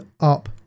up